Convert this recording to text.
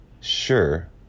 sure